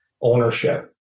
ownership